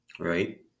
Right